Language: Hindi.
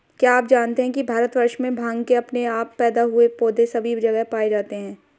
क्या आप जानते है भारतवर्ष में भांग के अपने आप पैदा हुए पौधे सभी जगह पाये जाते हैं?